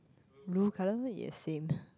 blue colour yes same